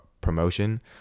promotion